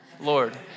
Lord